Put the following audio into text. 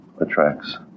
attracts